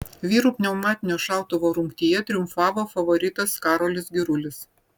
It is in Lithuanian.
vyrų pneumatinio šautuvo rungtyje triumfavo favoritas karolis girulis